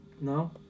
No